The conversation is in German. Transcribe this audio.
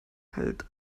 hält